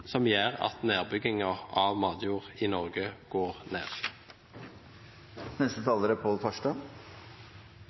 som gjør at nedbyggingen av matjord i Norge går